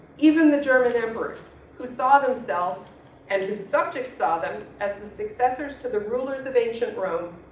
even the german emperor's who saw themselves and whose subjects saw them, as the successors to the rulers of ancient rome,